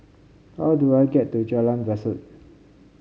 how do I get to Jalan Besut